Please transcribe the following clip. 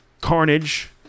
Carnage